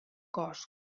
cos